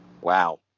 Wow